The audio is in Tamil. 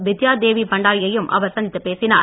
பித்யா தேவி பண்டாரி யையும் அவர் சந்தித்து பேசினார்